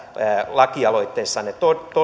lakialoitteessanne